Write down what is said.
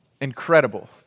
incredible